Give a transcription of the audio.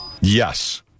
Yes